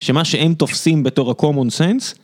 שמה שהם תופסים בתור ה-common sense